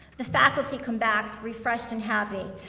the faculty comes back refreshed and happy.